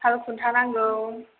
सालखुन्था नांगौ